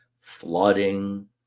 flooding